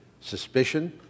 suspicion